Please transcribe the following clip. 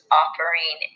offering